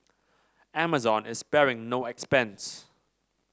Amazon is sparing no expense